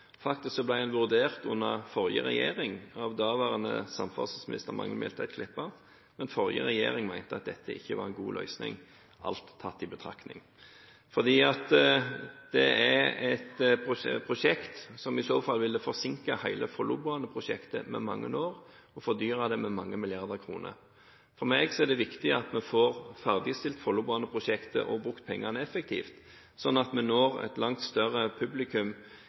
vurdert under den forrige regjeringen, av daværende samferdselsminister Magnhild Meltveit Kleppa. Den forrige regjeringen mente at dette ikke var en god løsning, alt tatt i betraktning, for det er et prosjekt som i så fall ville forsinket hele Follobaneprosjektet med mange år og fordyret det med mange milliarder kroner. For meg er det viktig at vi får ferdigstilt Follobaneprosjektet og brukt pengene effektivt, sånn at vi når et langt større publikum